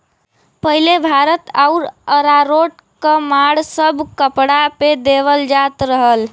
पहिले भात आउर अरारोट क माड़ सब कपड़ा पे देवल जात रहल